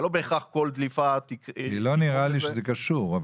זה לא בהכרח כל דליפה --- כי לא נראה לי שזה קשור,